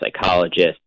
psychologist